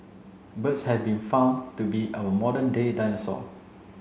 birds have been found to be our modern day dinosaur